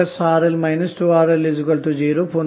లభిస్తుంది